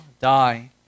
die